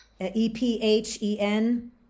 E-P-H-E-N